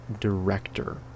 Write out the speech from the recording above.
director